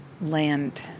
land